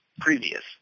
previous